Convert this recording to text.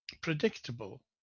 predictable